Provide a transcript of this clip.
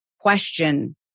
question